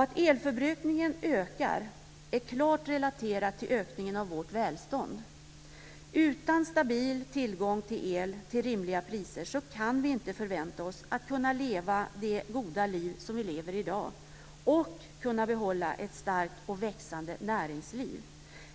Att elförbrukningen ökar är klart relaterat till ökningen av vårt välstånd. Utan stabil tillgång till el till rimliga priser kan vi inte förvänta oss att kunna leva det goda liv vi lever i dag och kunna behålla ett starkt och växande näringsliv.